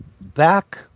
Back